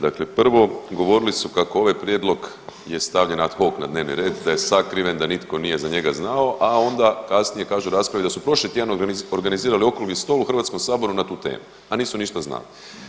Dakle prvo, govorili su kako ovaj Prijedlog je stavljen ad hoc na dnevni red, da je sakriven, da nitko nije za njega znao, a onda kasnije kažu, rasprave su prošli tjedan organizirale okrugli stol u HS-u na tu temu, a nisu ništa znali.